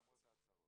למרות ההצהרות.